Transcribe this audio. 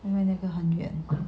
因为那个很远